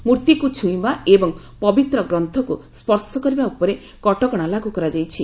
ମୂର୍ତ୍ତିକୁ ଛୁଇଁବା ଏବଂ ପବିତ୍ର ଗ୍ରନ୍ଥକୁ ସ୍ୱର୍ଶ କରିବା ଉପରେ କଟକଣା ଲାଗୁ କରାଯାଇଛି